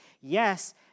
Yes